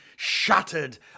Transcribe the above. Shattered